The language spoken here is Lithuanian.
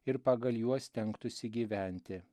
ir pagal juos stengtųsi gyventi